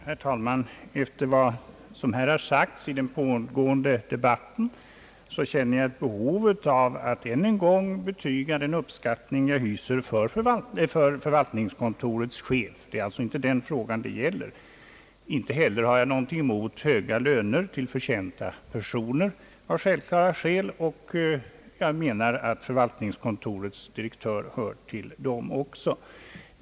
Herr talman! Efter vad som här sagts i den pågående debatten känner jag ett behov av att än en gång betyga den uppskattning jag hyser för förvaltningskontorets chef. Det är alltså inte det frågan gäller. Inte heller har jag någonting emot höga löner för förtjänta personer, av självklara skäl, och jag menar att även förvaltningskontorets direktör hör till dem.